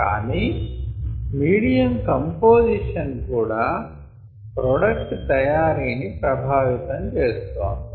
కానీ medium composition కూడా product తయారీని ప్రభావితం చేస్తోంది